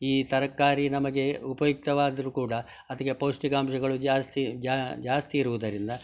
ಈ ತರಕಾರಿ ನಮಗೆ ಉಪಯುಕ್ತವಾದರು ಕೂಡ ಅದಕ್ಕೆ ಪೌಷ್ಟಿಕಾಂಶಗಳು ಜಾಸ್ತಿ ಜಾಸ್ತಿ ಇರುವುದರಿಂದ